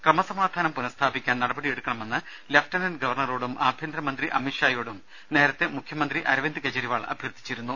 ക്രമസമാധാനം പുനഃസ്ഥാപിക്കാൻ നടപടിയെടുക്കണമെന്ന് ലഫ്റ്റനന്റ് ഗവർണറോടും ആഭ്യന്തരമന്ത്രി അമിത് ഷായോടും നേരത്തെ മുഖ്യമന്ത്രി അരവിന്ദ് കെജരിവാൾ അഭ്യർത്ഥിച്ചിരുന്നു